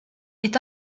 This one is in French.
est